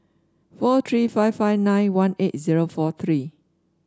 four three five five nine one eight zero four three